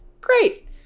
great